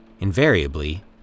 Invariably